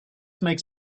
makes